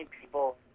people